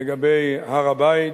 לגבי הר-הבית: